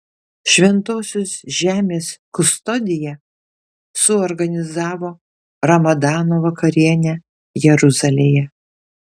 šventosios žemės kustodija suorganizavo ramadano vakarienę jeruzalėje